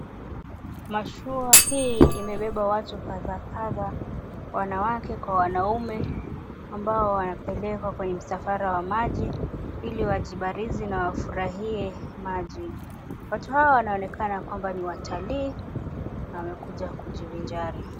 Mashua hii imebeba watu kadha kadha wanawake kwa wanaume ambao wanapelekwa kwenye msafara wa maji ili wajibarizi na wafurahie maji. Watu hawa wanaonekana kwamba ni watalii na wamekuja kujivinjari.